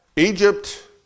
Egypt